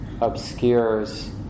obscures